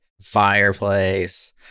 fireplace